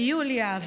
יוליה,